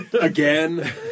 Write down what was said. Again